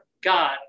God